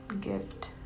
gift